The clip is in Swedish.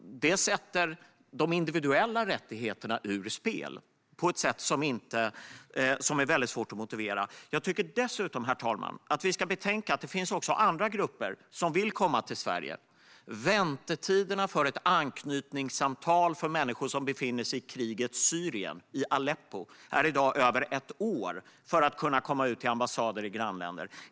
Det sätter de individuella rättigheterna ur spel på ett sätt som är väldigt svårt att motivera. Jag tycker dessutom, herr talman, att vi ska betänka att det också finns andra grupper som vill komma till Sverige. Väntetiderna för ett anknytningssamtal för människor som befinner sig i krigets Syrien, i Aleppo, är i dag över ett år. Det är alltså över ett års väntetider för att kunna komma ut till ambassader i grannländer.